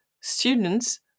students